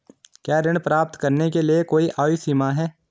क्या ऋण प्राप्त करने के लिए कोई आयु सीमा है?